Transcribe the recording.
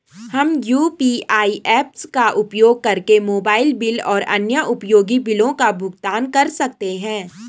हम UPI apps का उपयोग करके मोबाइल बिल और अन्य उपयोगी बिलों का भुगतान कर सकते हैं